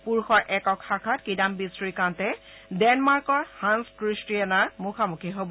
পুৰুষৰ একক শাখাত কিদাম্বি শ্ৰীকান্তে ডেনমাৰ্কৰ হাল ক্ৰিষ্টিয়ানৰ মুখামুখি হ'ব